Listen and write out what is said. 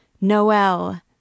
Noel